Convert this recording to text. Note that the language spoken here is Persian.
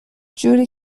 جوری